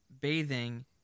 bathing